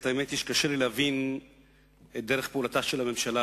האמת היא שקשה לי להבין את דרך פעולתה של הממשלה.